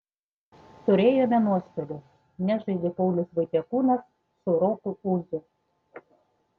turėjome nuostolių nežaidė paulius vaitiekūnas su roku ūzu